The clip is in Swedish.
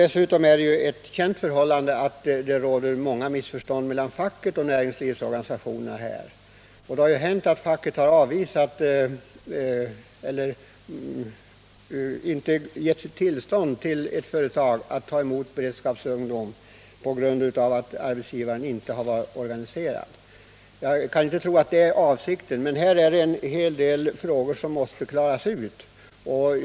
Det är för det andra ett känt förhållande att det råder många missförstånd mellan facket och näringslivsorganisationerna i dessa frågor. Det har hänt att facket inte givit sitt tillstånd till att ett företag skall få ta emot beredskapsungdom, eftersom arbetsgivaren inte varit organiserad. Jag kan inte tro att det verkligen är avsikten, men det är en hel del frågor som måste klaras ut i detta sammanhang.